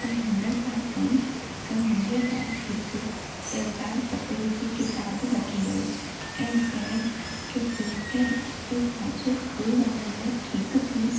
त हिन छा कईं त मुंहिंजे लाएइ हिक सरदार पटेल जी किताबु वठी आई ऐं चयांई की जेसि ताईं तूं पाछो स्कूल वञण लाइ ठीक थी